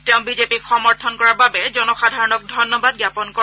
তেওঁ বিজেপিক সমৰ্থন কৰা বাবে জনসাধাৰণক ধন্যবাদ জ্ঞাপন কৰে